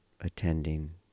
attending